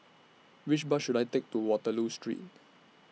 Which Bus should I Take to Waterloo Street